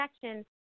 connection